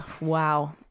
wow